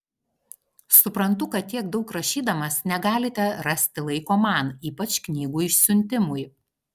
suprantu kad tiek daug rašydamas negalite rasti laiko man ypač knygų išsiuntimui